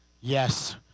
Yes